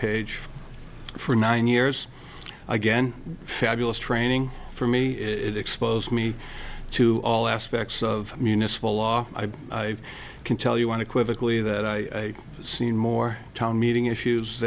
page for nine years again fabulous training for me it exposed me to all aspects of municipal law i can tell you want to quickly that i seen more town meeting issues